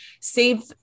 Save